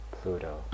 Pluto